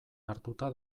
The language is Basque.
hartuta